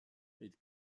est